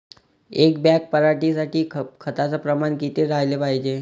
एक बॅग पराटी साठी खताचं प्रमान किती राहाले पायजे?